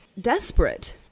desperate